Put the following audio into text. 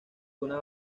una